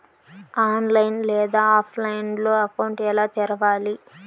online లేదా ఆఫ్లైన్లో account ఎలా తెరవాలి